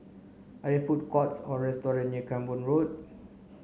are they food courts or near Camborne Road